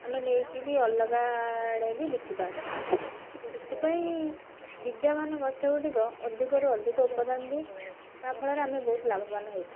ଆମେ ନେଇକି ବି ଅଲଗା ଆଡ଼େ ବି ବିକି ପାରୁଛୁ ସେଥିପାଇଁ ବିଦ୍ୟମାନ ଗଛଗୁଡ଼ିକ ଅଧିକରୁ ଅଧିକ ଉପାଦାନ ଦିଏ ତା'ଫଳରେ ଆମେ ବହୁତ ଲାଭବାନ ହେଇଥାଉ